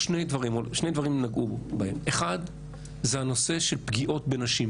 שני דברים נגעו בהם 1. הנושא של פגיעות בנשים,